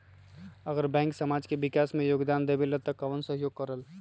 अगर बैंक समाज के विकास मे योगदान देबले त कबन सहयोग करल?